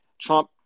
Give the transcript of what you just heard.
trump